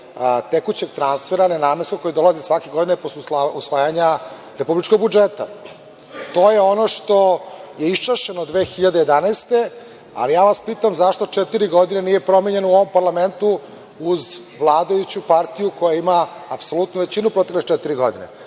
tekućeg transfera nenamenskog, koji dolazi svake godine posle usvajanja republičkog budžeta. To je ono što je iščašeno 2011. godine, ali ja vas pitam zašto četiri godine nije promenjeno u ovom parlamentu uz vladajuću partiju koja ima apsolutnu većinu protekle četiri godine?